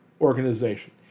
organization